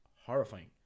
horrifying